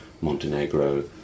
Montenegro